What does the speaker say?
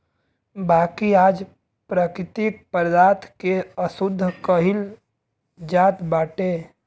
बाकी आज प्राकृतिक पदार्थ के अशुद्ध कइल जात बाटे